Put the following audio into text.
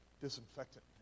disinfectant